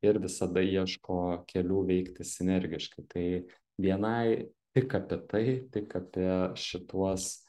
ir visada ieško kelių veikti sinergiškai tai bni tik apie tai tik apie šituos